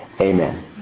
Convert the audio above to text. Amen